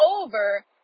over